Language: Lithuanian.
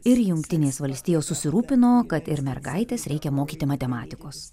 ir jungtinės valstijos susirūpino kad ir mergaites reikia mokyti matematikos